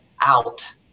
out